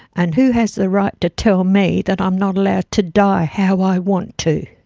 and who has the right to tell me that i'm not allowed to die how i want to.